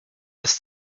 des